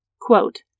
quote